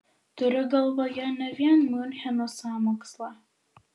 turiu galvoje ne vien miuncheno sąmokslą